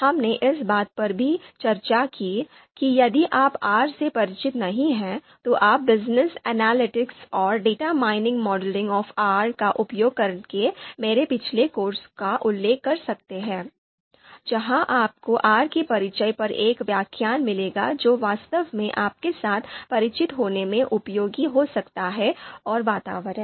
हमने इस बात पर भी चर्चा की कि यदि आप R से परिचित नहीं हैं तो आप Business Analytics और Data Mining Modeling of R का उपयोग करके मेरे पिछले कोर्स का उल्लेख कर सकते हैं जहाँ आपको R के परिचय पर एक व्याख्यान मिलेगा जो वास्तव में आपके साथ परिचित होने में उपयोगी हो सकता है आर वातावरण